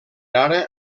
ara